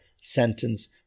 sentence